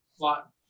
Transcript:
lot